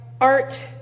art